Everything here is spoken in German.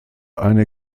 eine